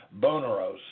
Boneros